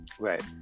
Right